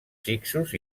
fixos